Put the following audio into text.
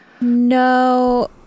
no